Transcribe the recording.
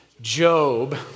Job